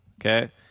okay